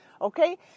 Okay